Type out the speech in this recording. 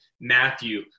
Matthew